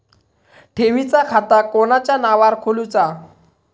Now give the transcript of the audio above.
ठेवीचा खाता कोणाच्या नावार खोलूचा?